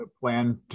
plan